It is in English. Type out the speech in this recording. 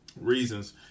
reasons